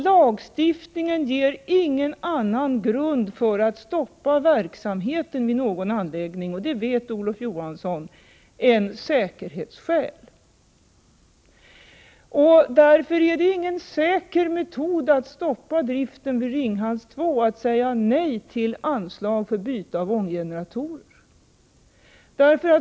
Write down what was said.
Lagstiftningen ger ingen annan grund för att stoppa verksamheten vid någon anläggning — och det vet Olof Johansson — än säkerhetsskäl. Därför är det ingen säker metod att stoppa driften vid Ringhals 2 att säga nej till anslag för byte av ånggeneratorer.